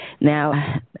Now